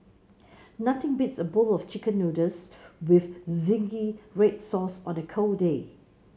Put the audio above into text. nothing beats a bowl of chicken noodles with zingy red sauce on a cold day